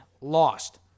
lost